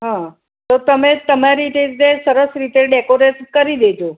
હાં તો તમે તમારી જે સરસ ડેકોરેટ કરી દેજો